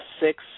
six